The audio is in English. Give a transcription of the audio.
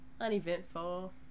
Uneventful